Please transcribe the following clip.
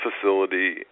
facility